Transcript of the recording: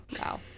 Wow